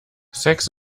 sex